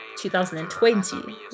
2020